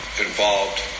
involved